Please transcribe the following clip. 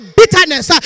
bitterness